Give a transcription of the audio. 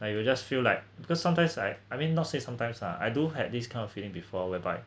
like you just feel like because sometimes I I mean not say sometimes ah I do had these kind of feeling before whereby